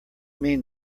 mean